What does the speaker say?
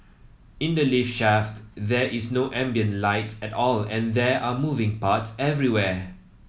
in the lift shaft there is no ambient light at all and there are moving parts everywhere